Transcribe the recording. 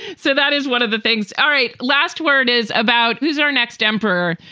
so that is one of the things. all right. last word is about who's our next emperor?